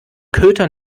köter